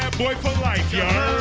boy for life ya